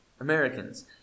Americans